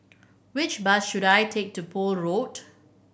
which bus should I take to Poole Road